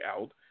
out